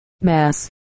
Mass